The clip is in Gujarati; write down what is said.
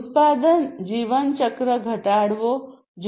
ઉત્પાદન જીવનચક્ર ઘટાડવો જોઈએ